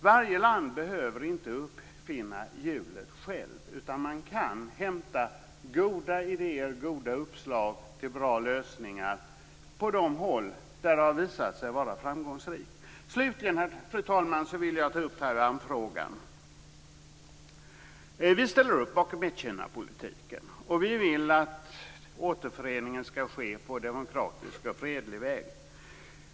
Varje land behöver inte själv uppfinna hjulet, utan man kan hämta goda idéer och uppslag till bra lösningar från de håll där dessa lösningar har visat sig vara framgångsrika. Fru talman! Slutligen vill jag ta upp Taiwanfrågan. Vi ställer oss bakom ett-Kina-politiken, och vi vill att återföreningen skall ske på demokratisk och fredlig väg.